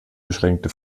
beschränkte